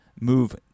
move